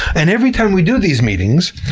and every time we do these meetings,